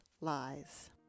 lies